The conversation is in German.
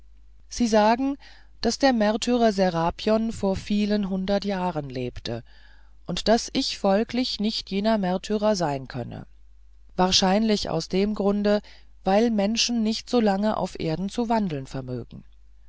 sie sagen daß der märtyrer serapion vor vielen hundert jahren lebte und daß ich folglich nicht jener märtyrer sein könne wahrscheinlich aus dem grunde weil menschen nicht so lange auf erden zu wandeln vermögen